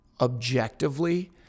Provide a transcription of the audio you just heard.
objectively